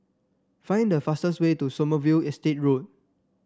find the fastest way to Sommerville Estate Road